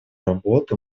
работы